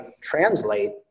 translate